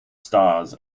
stars